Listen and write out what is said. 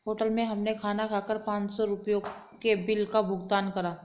hotel में हमने खाना खाकर पाँच सौ रुपयों के बिल का भुगतान करा